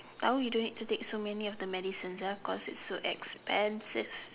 now you don't need to take so many of the medicines ah because it's so expensive